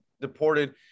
deported